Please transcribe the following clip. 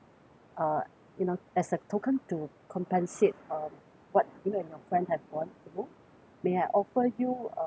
uh you know as a token to compensate uh what you and your friend have gone through may I offer you um